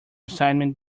assignment